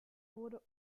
wurde